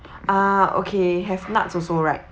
ah okay have nuts also right